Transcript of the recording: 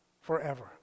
forever